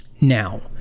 Now